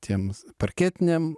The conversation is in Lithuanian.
tiems parketiniam